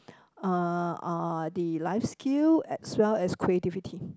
uh uh the life skill as well as creativity